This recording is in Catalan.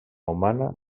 humana